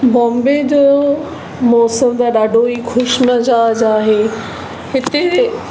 बॉम्बे जो मौसमु त ॾाढो ई ख़ुशि मिजाज़ आहे हिते